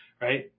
Right